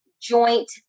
joint